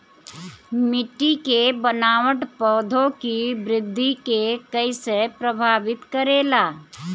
मिट्टी के बनावट पौधों की वृद्धि के कईसे प्रभावित करेला?